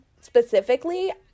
specifically